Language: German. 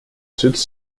sitz